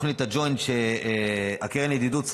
תוכנית הקרן לידידות,